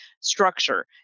structure